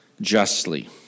Justly